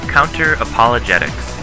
Counter-Apologetics